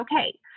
okay